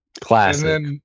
Classic